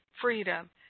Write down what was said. freedom